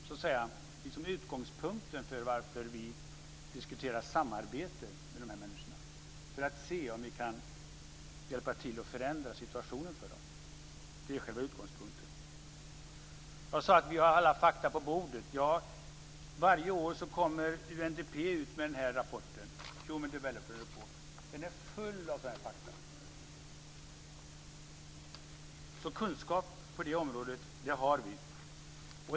Det där är utgångspunkten för att vi diskuterar samarbete med de här människorna, för att se om vi kan hjälpa till och förändra situationen för dem. Det är själva utgångspunkten. Jag sade att vi har alla fakta på bordet. Ja, varje år kommer UNDP ut med rapporten Human Development Report. Den är full av sådana här fakta. Så kunskap på det området har vi.